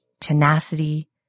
tenacity